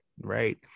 Right